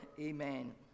Amen